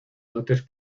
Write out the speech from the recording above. dotes